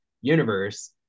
universe